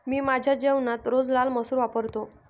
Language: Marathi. मी माझ्या जेवणात रोज लाल मसूर वापरतो